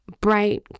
bright